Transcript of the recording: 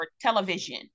television